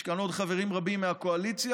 יש כאן עוד חברים רבים, מהקואליציה